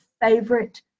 favorite